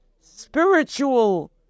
spiritual